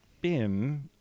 BIM